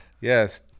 yes